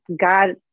God